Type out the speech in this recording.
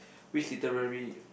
which literary